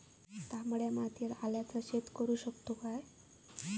तामड्या मातयेत आल्याचा शेत करु शकतू काय?